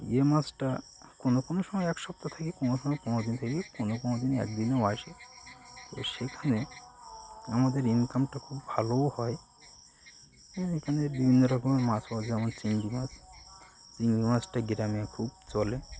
যে মাসটা কোনো কোনো সময় এক সপ্তাহ থাকি কোনো সময় পনেরো দিন থাকি কোনো কোনো দিন একদিনেও আসি তো সেখানে আমাদের ইনকামটা খুব ভালোও হয় এখানে বিভিন্ন রকমের মাছ হয় যেমন চিংড়ি মাছ চিংড়ি মাছটা গ্রামে খুব চলে